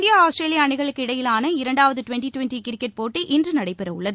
India Australia அணிகளுக்கு இடையேயான இரண்டாவது டுவெண்டி டுவெண்டி கிரிக்கெட் போட்டி இன்று நடைபெறவுள்ளது